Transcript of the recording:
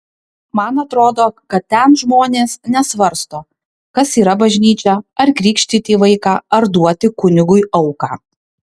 man atrodo kad ten žmonės nesvarsto kas yra bažnyčia ar krikštyti vaiką ar duoti kunigui auką